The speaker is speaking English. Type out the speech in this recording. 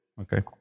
Okay